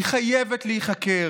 היא חייבת להיחקר,